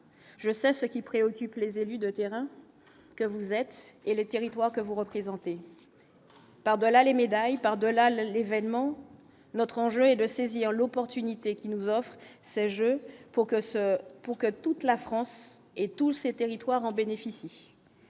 je sais ce qui préoccupe les élus de terrain que vous êtes et le territoire que vous représentez. Par-delà les médailles par delà l'événement notre enjeu de saisir l'opportunité qui nous offrent ce jeu pour que ce pour que toute la France et tous ces territoires en bénéficient,